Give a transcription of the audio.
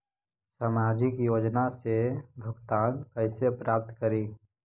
सामाजिक योजना से भुगतान कैसे प्राप्त करी?